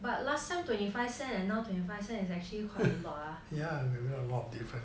but last time twenty five cents and now twenty five cents is actually quite a lot ah